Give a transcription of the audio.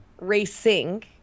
racing